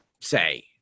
say